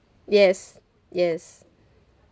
yes yes